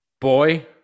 Boy